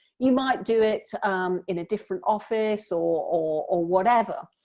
you might do it in a different office or or whatever.